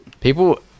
People